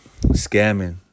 Scamming